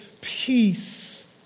peace